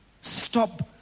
Stop